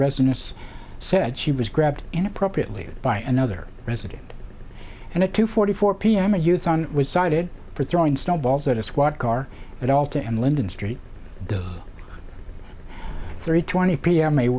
residents said she was grabbed inappropriately by another resident and at two forty four pm a use on was cited for throwing snowballs at a squad car at all to end linden street three twenty p